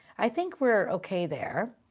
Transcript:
i think we're okay there.